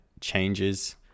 changes